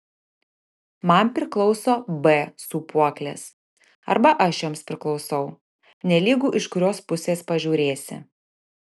man priklauso b sūpuoklės arba aš joms priklausau nelygu iš kurios pusės pažiūrėsi